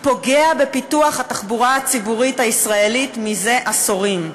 פוגע בפיתוח התחבורה הציבורית הישראלית זה עשורים.